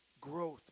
growth